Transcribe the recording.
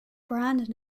brand